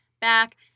back